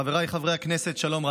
חבריי חברי הכנסת, שלום רב,